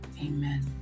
amen